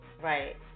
right